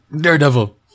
Daredevil